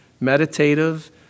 meditative